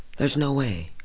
there's no way.